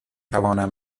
توانم